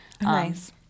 Nice